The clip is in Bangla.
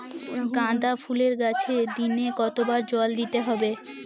গাদা ফুলের গাছে দিনে কতবার জল দিতে হবে?